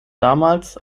damals